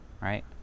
right